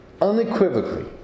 unequivocally